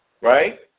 Right